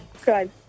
Good